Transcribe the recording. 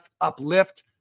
uplift